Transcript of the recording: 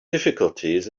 difficulties